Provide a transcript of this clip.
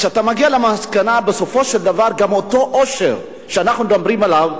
כשאתה מגיע למסקנה בסופו של דבר שגם אותו עושר שאנחנו מדברים עליו,